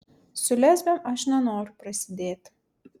su lesbėm aš nenoriu prasidėti